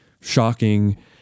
shocking